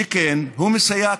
שכן הוא מסייע,